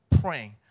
praying